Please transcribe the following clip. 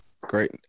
Great